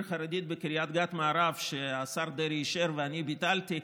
חרדית בקריית גת מערב שהשר דרעי אישר ואני ביטלתי.